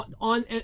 on